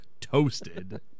toasted